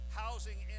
housing